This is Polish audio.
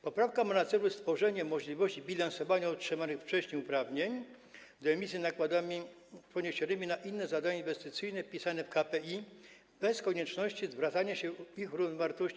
Poprawka ma na celu stworzenie możliwości bilansowania otrzymanych wcześniej uprawnień do emisji nakładami poniesionymi na inne zadania inwestycyjne wpisane do KPI bez konieczności zwracania się o ich równowartości.